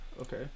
Okay